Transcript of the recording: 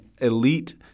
elite